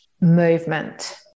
Movement